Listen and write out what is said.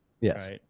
Yes